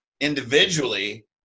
individually